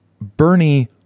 Bernie